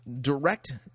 direct